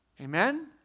Amen